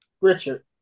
Richard